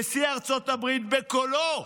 נשיא ארצות הברית, בקולו,